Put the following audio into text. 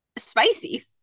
spicy